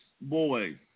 boys